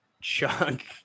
chunk